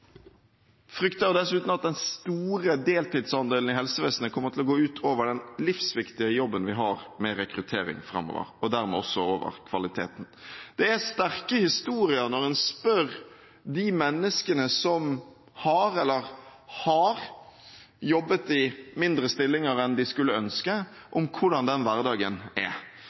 frykter dessuten at den store deltidsandelen i helsevesenet kommer til å gå ut over den livsviktige jobben vi har når det gjelder rekruttering framover – og dermed også ut over kvaliteten. Det kommer sterke historier, når en spør de menneskene som jobber, eller har jobbet, i mindre stillinger enn de skulle ønske, om hvordan den hverdagen er.